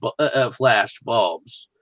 flashbulbs